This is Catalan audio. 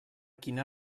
quina